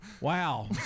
Wow